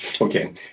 Okay